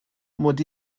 mod